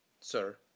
sir